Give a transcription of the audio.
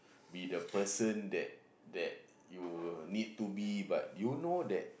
be the person that that you need to be but you know that